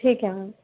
ठीक है मैम